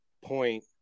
point